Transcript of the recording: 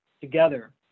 together